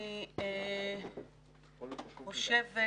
אני חושבת שאין חולק בחברה הישראלית היום,